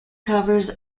covers